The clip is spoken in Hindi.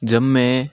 जब मैं